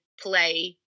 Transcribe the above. play